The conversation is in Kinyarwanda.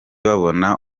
babona